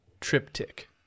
triptych